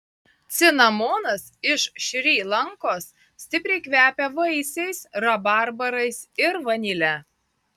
cinamonas iš šri lankos stipriai kvepia vaisiais rabarbarais ir vanile